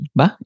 ba